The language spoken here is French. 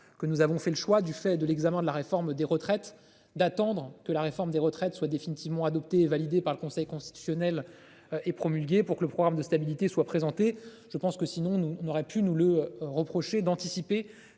que nous avons fait le choix du fait de l'examen de la réforme des retraites d'attendre que la réforme des retraites soit définitivement adopté et validée par le Conseil constitutionnel et promulguée pour que le programme de stabilité soit présenté. Je pense que sinon nous on aurait pu nous le reprocher d'anticiper